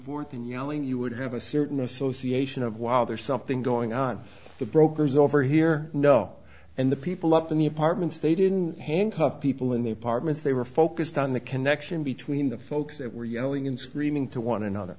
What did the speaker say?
when you would have a certain association of wow there's something going on the brokers over here know and the people up in the apartments they didn't handcuff people in the apartments they were focused on the connection between the folks that were yelling and screaming to one another